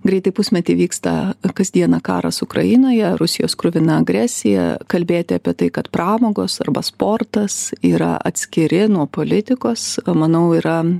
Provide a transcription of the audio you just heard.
greitai pusmetį vyksta kasdieną karas ukrainoje rusijos kruvina agresija kalbėti apie tai kad pramogos arba sportas yra atskiri nuo politikos manau yra